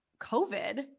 COVID